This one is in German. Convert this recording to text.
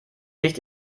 nicht